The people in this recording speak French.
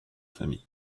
famille